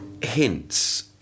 hints